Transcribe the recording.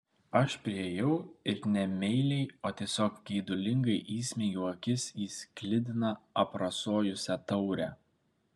aš priėjau ir ne meiliai o tiesiog geidulingai įsmeigiau akis į sklidiną aprasojusią taurę